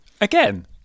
Again